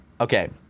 okay